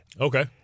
Okay